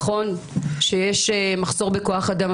נכון שיש מחסור בכוח אדם,